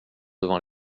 devant